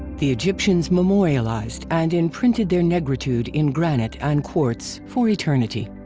the egyptians memorialized and imprinted their negritude in granite and quartz for eternity.